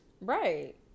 Right